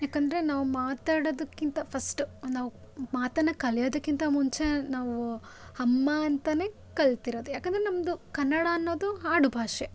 ಯಾಕಂದರೆ ನಾವು ಮಾತಾಡೋದಕ್ಕಿಂತ ಫಸ್ಟ್ ನಾವು ಮಾತನ್ನು ಕಲಿಯೋದಕ್ಕಿಂತ ಮುಂಚೆ ನಾವು ಅಮ್ಮ ಅಂತಾನೆ ಕಲಿತಿರೋದು ಯಾಕಂದರೆ ನಮ್ಮದು ಕನ್ನಡ ಅನ್ನೋದು ಆಡುಭಾಷೆ